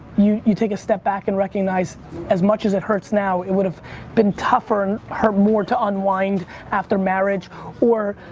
you you take a step back and recognize as much as it hurts now, it would have been tougher and hurt more to unwind after marriage or,